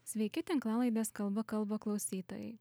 sveiki tinklalaidės kalba kalba klausytojai